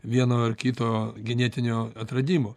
vieno ar kito genetinio atradimo